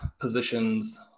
positions